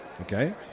Okay